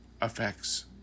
affects